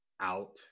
out